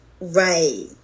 Right